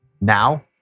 Now